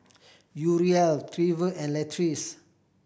Uriel Trever and Latrice